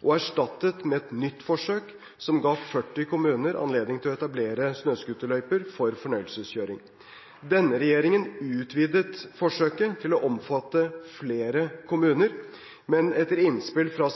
og erstattet med et nytt forsøk som ga 40 kommuner anledning til å etablere snøscooterløyper for fornøyelseskjøring. Denne regjeringen utvidet forsøket til å omfatte flere kommuner, men etter innspill fra